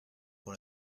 pour